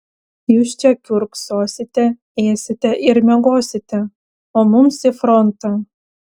jūs čia kiurksosite ėsite ir miegosite o mums į frontą